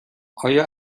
آیا